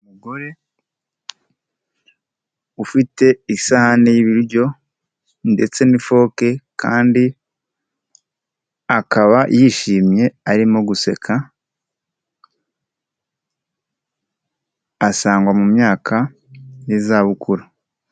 Umugore ufite isahani y'ibiryo ndetse n'ifoke kandi akaba yishimye arimo guseka, asangwa mu myaka n'izabukuru.